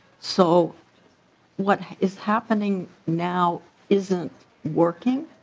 so what is happening now isn't working.